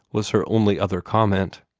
was her only other comment.